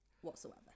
whatsoever